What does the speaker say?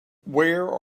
where